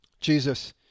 Jesus